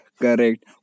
correct